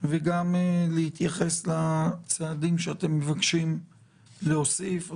וגם להתייחס לצעדים שאתם מבקשים להוסיף או